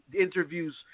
interviews